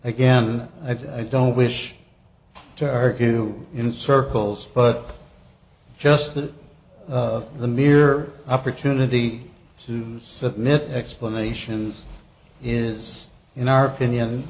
again i don't wish to argue in circles but just that the mere opportunity to submit explanations is in our opinion